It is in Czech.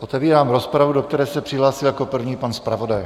Otevírám rozpravu, do které se přihlásil jako první pan zpravodaj.